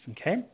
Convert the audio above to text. Okay